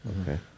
okay